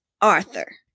Arthur